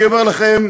אני אומר לכם: